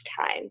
time